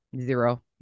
Zero